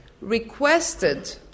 requested